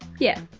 yeah.